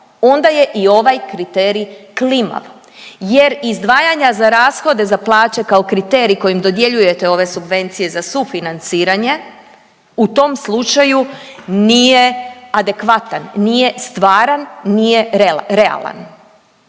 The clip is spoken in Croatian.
onda je i ovaj kriterij klimav jer izdvajanja za rashode za plaće kao kriterij kojim dodjeljujete ove subvencije za sufinanciranje u tom slučaju nije adekvatan, nije stvaran, nije realan